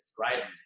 right